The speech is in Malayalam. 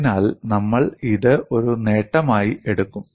അതിനാൽ നമ്മൾ ഇത് ഒരു നേട്ടമായി എടുക്കും